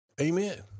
Amen